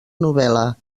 novel·la